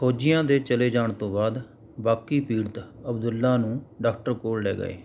ਫ਼ੌਜੀਆਂ ਦੇ ਚਲੇ ਜਾਣ ਤੋਂ ਬਾਅਦ ਬਾਕੀ ਪੀੜਤ ਅਬਦੁੱਲਾ ਨੂੰ ਡਾਕਟਰ ਕੋਲ ਲੈ ਗਏ